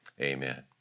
Amen